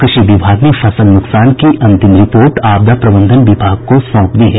कृषि विभाग ने फसल नूकसान की अंतिम रिपोर्ट आपदा प्रबंधन विभाग को सौंप दी है